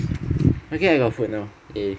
lucky I got food now eh